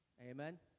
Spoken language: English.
Amen